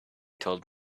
told